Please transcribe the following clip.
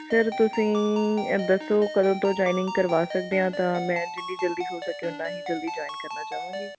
sir ਤੁਸੀਂ ਅ ਦੱਸੋ ਕਦੋਂ ਤੋਂ ਜੋਇਨਿੰਗ ਕਰਵਾ ਸਕਦੇ ਆ ਤਾਂ ਮੈਂ ਜਿੰਨੀ ਜਲਦੀ ਹੋ ਸਕੇ ਓਨਾ ਹੀ ਜਲਦੀ ਜੁਆਇੰਨ ਕਰਨਾ ਚਾਹਾਂਗੀ